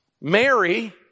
Mary